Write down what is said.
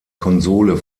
konsole